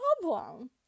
problem